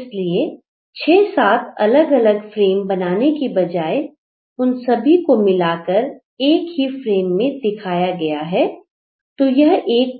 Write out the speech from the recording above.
इसलिए 6 7 अलग अलग फ्रेम बनाने की बजाय उन सभी को मिलाकर एक ही फ्रेम में दिखाया गया है तो यह एक